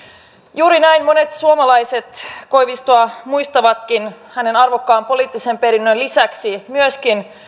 juuri näin monet suomalaiset koivistoa muistavatkin hänen arvokkaan poliittisen perintönsä lisäksi myöskin